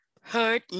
hurt